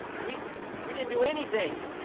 we we didn't do anything,